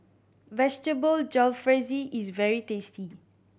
Vegetable Jalfrezi is very tasty